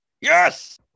Yes